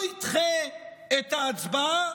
הוא ידחה את ההצבעה?